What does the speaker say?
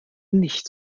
nicht